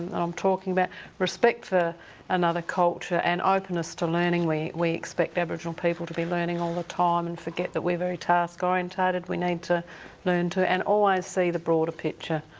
and i'm talking about respect for another culture and openness to learning. we we expect aboriginal people to be learning all the time and forget that we're very task-orientated. we need to learn to and always see the broader picture,